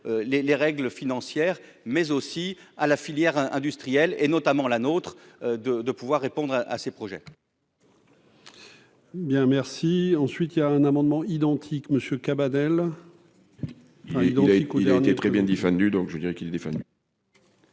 les règles financières mais aussi à la filière industrielle et notamment la nôtre de de pouvoir répondre à ces projets.